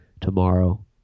tomorrow